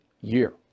year